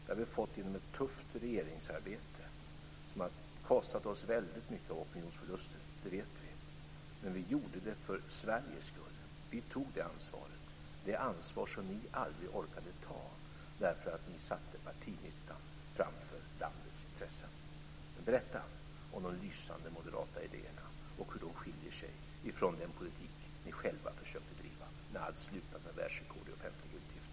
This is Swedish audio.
Det har vi fått genom ett tufft regeringsarbete som har kostat oss väldigt mycket i opinionsförluster. Det vet vi. Men vi gjorde det för Sveriges skull. Vi tog det ansvaret, det ansvar som ni aldrig orkade ta därför att ni satte partinyttan framför landets intressen. Berätta om de lysande moderata idéerna och hur de skiljer sig ifrån den politik ni själva försökte driva när allt slutade med världsrekord i offentliga utgifter!